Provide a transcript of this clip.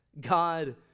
God